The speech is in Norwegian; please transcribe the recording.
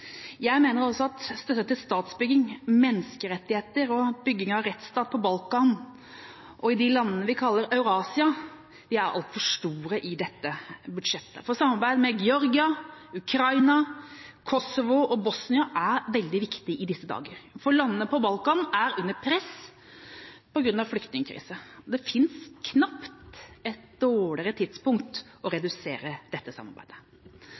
Jeg mener også at kuttene til statsbygging, menneskerettigheter og bygging av rettsstat på Balkan og til de landene vi kaller Eurasia, er altfor store i dette budsjettet. Samarbeid med Georgia, Ukraina, Kosovo og Bosnia-Hercegovina er veldig viktig i disse dager. Landene på Balkan er under press på grunn av flyktningkrise. Det finnes knapt et dårligere tidspunkt å redusere dette samarbeidet